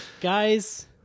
Guys